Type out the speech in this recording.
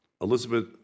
Elizabeth